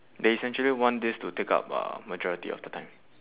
they essentially want this to take up uh majority of the time